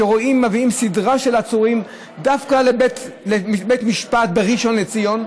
כשרואים שמביאים סדרה של עצורים דווקא לבית המשפט בראשון לציון,